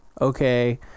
Okay